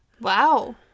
wow